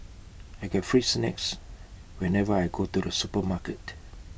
I get free snacks whenever I go to the supermarket